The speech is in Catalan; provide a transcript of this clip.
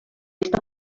està